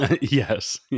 Yes